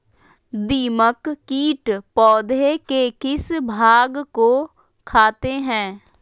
दीमक किट पौधे के किस भाग को खाते हैं?